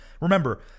Remember